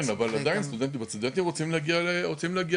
כן, אבל עדיין סטודנטים רוצים להגיע לקמפוס.